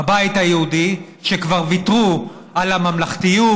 בבית היהודי, שכבר ויתרו על הממלכתיות,